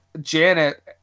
Janet